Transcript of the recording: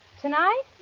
Tonight